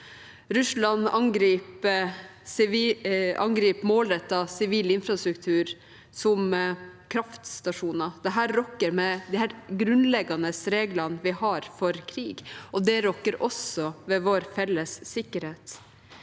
Russland angriper målrettet sivil infrastruktur, slik som kraftstasjoner. Dette rokker ved de helt grunnleggende reglene vi har for krig, og det rokker også ved vår felles sikkerhet.